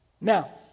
Now